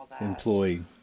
employee